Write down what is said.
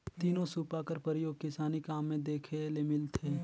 तीनो सूपा कर परियोग किसानी काम मे देखे ले मिलथे